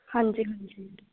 ਹਾਂਜੀ ਹਾਂਜੀ